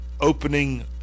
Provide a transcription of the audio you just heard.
opening